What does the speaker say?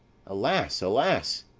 alas, alas!